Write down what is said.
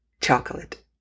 chocolate